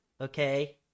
Okay